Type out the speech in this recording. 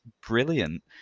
brilliant